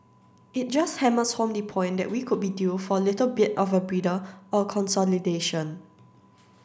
it just hammers home the point that we could be due for a little bit of a breather or consolidation